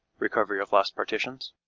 recovery of lost partitions,